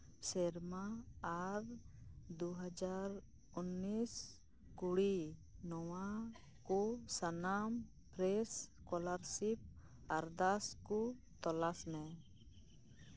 ᱥᱮᱨᱢᱟ ᱟᱨ ᱫᱩ ᱦᱟᱡᱟᱨ ᱩᱱᱤᱥ ᱠᱩᱲᱤ ᱱᱚᱣᱟ ᱠᱚ ᱥᱟᱱᱟᱢ ᱯᱷᱮᱨᱮᱥ ᱚᱥᱠᱚᱞᱟᱨᱥᱤᱯ ᱟᱨᱫᱟᱥ ᱠᱚ ᱛᱚᱞᱟᱥ ᱢᱮ